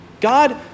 God